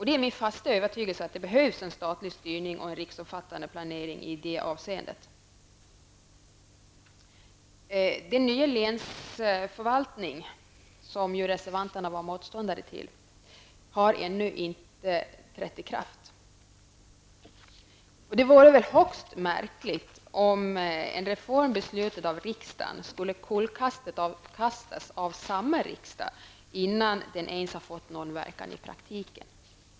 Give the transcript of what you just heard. Det är min fasta övertygelse att det behövs en statlig styrning och en riksomfattande planering i det avseendet. Den nya länsförvaltningen, som reservanterna ju är motståndare till, har ännu inte trätt i kraft. Det vore väl högst märkligt om en reform beslutad av riksdagen skulle kullkastas av samma riksdag innan den ens har fått någon verkan i praktiken.